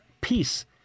peace